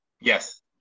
Yes